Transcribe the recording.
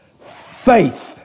faith